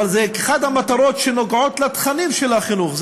אבל זו אחת המטרות שנוגעות לתכנים של החינוך,